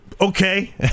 Okay